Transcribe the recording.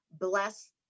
bless